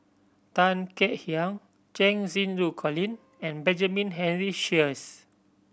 Tan Kek Hiang Cheng Xinru Colin and Benjamin Henry Sheares